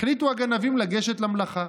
החליטו הגנבים לגשת למלאכה.